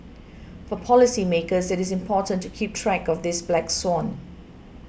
for policymakers it is important to keep track of this black swan